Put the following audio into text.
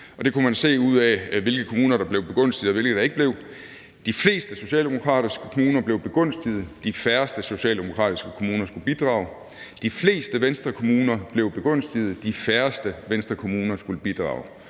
det kunne man se ud af, hvilke kommuner der blev begunstiget, og hvilke der ikke blev. De fleste socialdemokratiske kommuner blev begunstiget; de færreste socialdemokratiske kommuner skulle bidrage. De fleste Venstrekommuner blev begunstiget; de færreste Venstrekommuner skulle bidrage.